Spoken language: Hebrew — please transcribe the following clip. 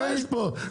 מה יש פה,